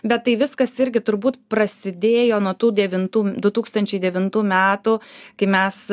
bet tai viskas irgi turbūt prasidėjo nuo tų devintų du tūkstančiai devintų metų kai mes